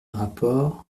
rapports